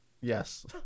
Yes